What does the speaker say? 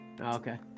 okay